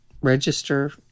register